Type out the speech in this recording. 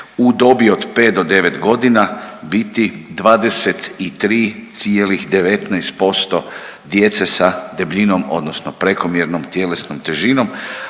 u dobi od pet do devet godina biti 23,19% djece sa debljinom odnosno prekomjernom tjelesnom težinom,